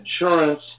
insurance